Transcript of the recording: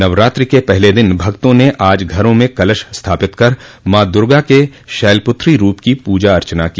नवरात्रि के पहले दिन भक्तों ने आज घरों में कलश स्थापित कर मां दुर्गा के शैलपुत्री रूप की पूजा अर्चना की